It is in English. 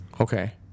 okay